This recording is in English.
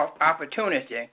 opportunity